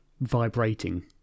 vibrating